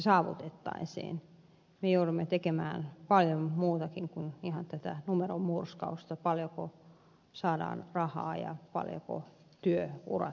me joudumme tekemään paljon muutakin kuin ihan tätä numeronmurskausta sen suhteen paljonko saadaan rahaa ja paljonko työurat pitenevät